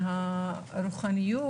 מהרוחניות,